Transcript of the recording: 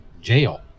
jail